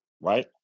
right